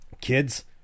kids